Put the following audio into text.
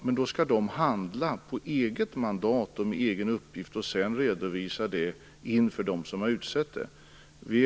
Men dessa skall handla på eget mandat och med egen uppgift, och sedan redovisa det inför dem som har utsett företrädarna.